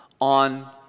on